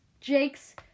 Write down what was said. Jake's